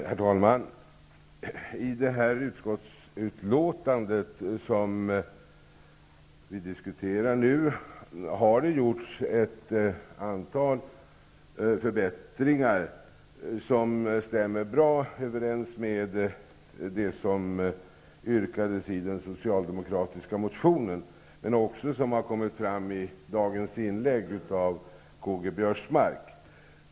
Herr talman! I det utskottsbetänkande som vi nu diskuterar har det gjorts ett antal förbättringar som stämmer bra överens med vad som yrkades i den socialdemokratiska motionen, men också med det som har kommit fram i dagens inlägg av K.-G. Biörsmark.